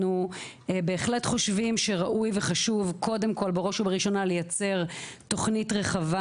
אנחנו בהחלט חושבים שקודם כל ראוי וחכם בראש ובראשונה לייצר תוכנית רחבה